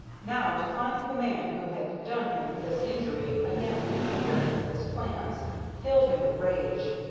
now to find the man who had done him this injury again interfering with his plans filled him with rage.